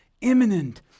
imminent